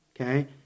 okay